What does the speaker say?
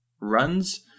runs